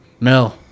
No